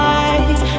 eyes